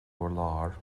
urlár